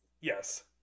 Yes